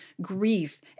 grief